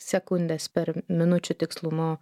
sekundes per minučių tikslumu